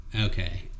okay